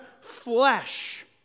flesh